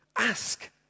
Ask